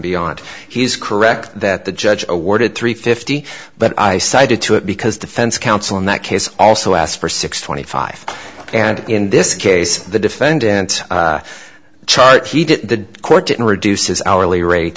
beyond he's correct that the judge awarded three fifty but i cited to it because defense counsel in that case also asked for six twenty five and in this case the defendant charge he did the court didn't reduce his hourly rate